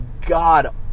god